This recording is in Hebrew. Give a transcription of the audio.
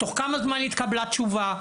תוך כמה זמן התקבלה תשובה?